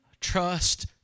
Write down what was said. trust